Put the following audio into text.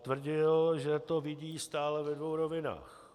Tvrdil, že to vidí stále ve dvou rovinách.